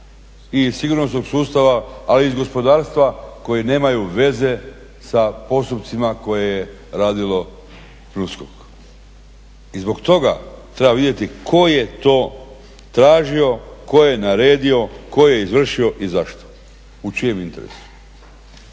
iz sigurnosnog sustava, ali i iz gospodarstva, koje nemaju veze sa postupcima koje je radilo PNUSKOK. I zbog toga treba vidjeti tko je to tražio, tko je naredio, tko je izvršio i zašto? U čijem interesu?